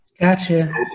Gotcha